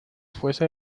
fuese